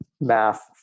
math